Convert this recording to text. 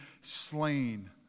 slain